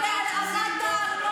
אין דבר כזה.